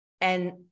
and-